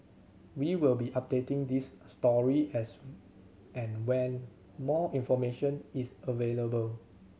we will be updating this story as and when more information is available